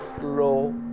slow